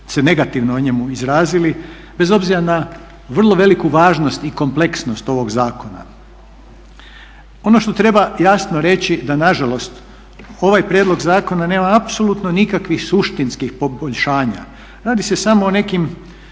se negativno o njemu izrazili, bez obzira na vrlo veliku važnost i kompleksnost ovog zakona. Ono što treba jasno reći, da nažalost ovaj prijedlog zakona nema apsolutno nikakvih suštinskih poboljšanja. Radi se samo o nekim